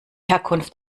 herkunft